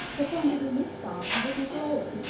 performed a unique song on his ukulele.